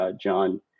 John